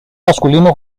masculino